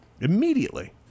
Immediately